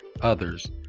others